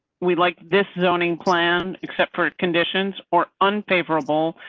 we like this zoning plan, except for conditions or unfavorable.